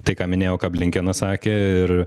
tai ką minėjau ką blinkenas sakė ir